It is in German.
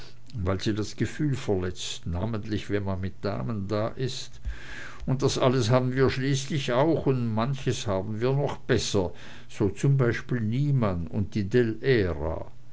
weil sie das gefühl verletzt namentlich wenn man mit damen da ist und das alles haben wir schließlich auch und manches haben wir noch besser so zum beispiel niemann und die